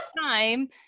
time